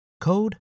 code